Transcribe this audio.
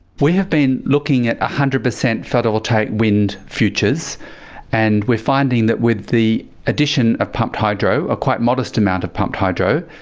we have been looking at a one hundred percent photovoltaic wind futures and we are finding that with the addition of pumped hydro, a quite modest amount of pumped hydro,